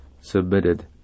submitted